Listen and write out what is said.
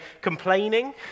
complaining